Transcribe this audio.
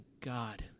God